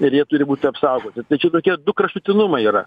ir jie turi būti apsaugoti tai čia tokie du kraštutinumai yra